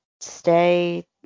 stay